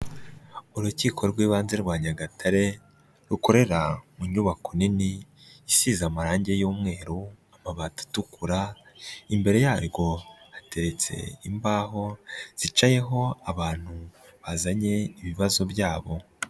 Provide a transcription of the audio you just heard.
Urukiko rw'Ibanze rwa Nyagatare rukorera mu nyubako nini isize amarangi y'umweru, amabati atukura imbere yarwo hateretse imbaho zicayeho abantu bazanye ibibazo byabo.